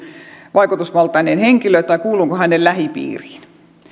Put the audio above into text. vaikutusvaltainen henkilö tai kuulunko hänen lähipiiriinsä